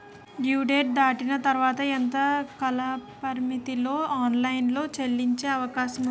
Due date దాటిన తర్వాత ఎంత కాలపరిమితిలో ఆన్ లైన్ లో చెల్లించే అవకాశం వుంది?